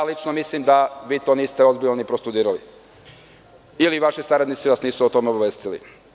Lično mislim da vi to niste ozbiljno ni prostudirali ili vas vaši saradnici nisu o tome obavestili.